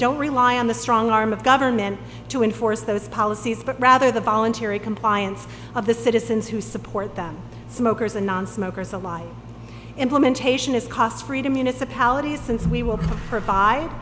don't rely on the strong arm of government to enforce those policies but rather the voluntary compliance of the citizens who support them smokers and nonsmokers alive implementation is cost freedom municipalities since we will provide